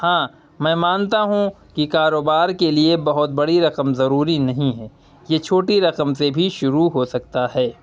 ہاں میں مانتا ہوں کہ کاروبار کے لیے بہت بڑی رقم ضروری نہیں ہے یہ چھوٹی رقم سے بھی شروع ہو سکتا ہے